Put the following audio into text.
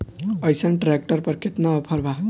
अइसन ट्रैक्टर पर केतना ऑफर बा?